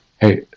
hey